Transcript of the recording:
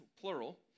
plural